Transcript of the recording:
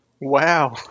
Wow